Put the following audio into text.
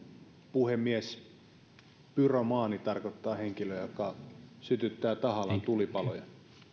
puhemies pyromaani tarkoittaa henkilöä joka sytyttää tahallaan tulipaloja